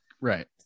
Right